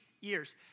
years